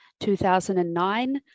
2009